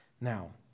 Now